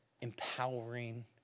empowering